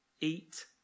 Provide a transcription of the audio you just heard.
eat